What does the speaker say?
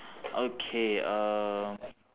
okay uh